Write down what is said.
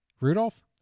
Rudolph